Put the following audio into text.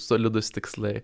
solidūs tikslai